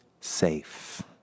Safe